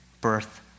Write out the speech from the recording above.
birth